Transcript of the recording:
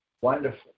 Wonderful